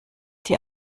die